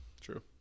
true